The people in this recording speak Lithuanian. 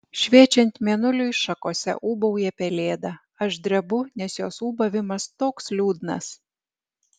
šviečiant mėnuliui šakose ūbauja pelėda aš drebu nes jos ūbavimas toks liūdnas